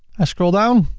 i scroll down.